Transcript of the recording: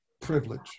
Privilege